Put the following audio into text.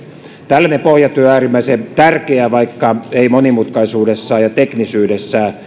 tällainen pohjatyö on äärimmäisen tärkeää vaikka ei monimutkaisuudessaan ja teknisyydessään